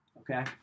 okay